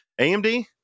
amd